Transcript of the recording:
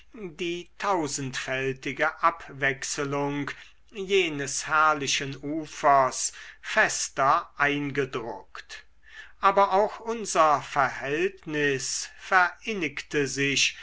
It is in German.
die tausendfältige abwechselung jenes herrlichen ufers fester eingedruckt aber auch unser verhältnis verinnigte sich